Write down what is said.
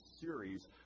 series